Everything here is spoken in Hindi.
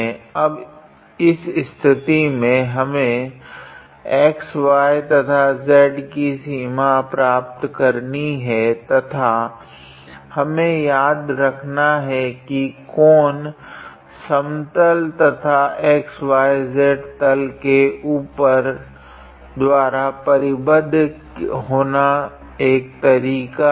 अब इस स्थिति में हमें x y तथा z की सीमा हमें प्राप्त करनी है तथा हमें याद रखना है की कोन समतल तथा xy तल के ऊपर द्वारा परिबद्ध होना एक तरीका है